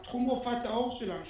תחום רפואת העור שלהם,